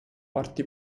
parti